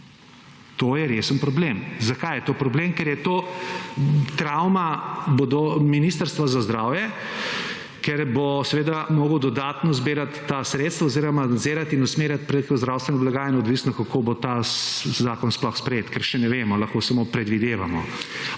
To je resen problem. Zakaj je to problem? Ker je to travma Ministrstva za zdravje, ker bo seveda mogel dodatno zbirati ta sredstva oziroma nadzirati in usmerjati preko zdravstvene blagajne, odvisno kako bo ta zakon sploh sprejet, ker še ne vemo, lahko samo predvidevamo.